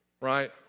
right